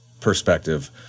perspective